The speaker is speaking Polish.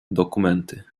dokumenty